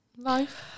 Life